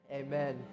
Amen